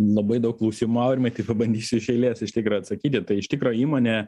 labai daug klausimų aurimai tai pabandysiu iš eilės iš tikro atsakyti tai iš tikro įmonė